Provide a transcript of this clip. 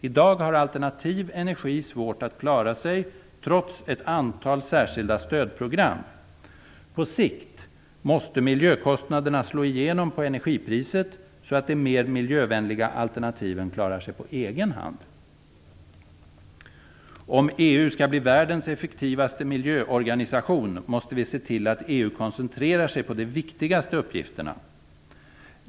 I dag har alternativ energi svårt att klara sig trots ett antal särskilda stödprogram. På sikt måste miljökostnaderna slå igenom på energipriset, så att de mer miljövänliga alternativen klarar sig på egen hand. Om EU skall bli världens effektivaste miljöorganisation, måste vi se till att EU koncentrerar sig på de viktigaste uppgifterna.